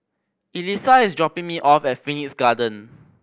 Elissa is dropping me off at Phoenix Garden